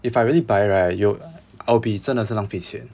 if I really buy right you I'll be 真的是浪费钱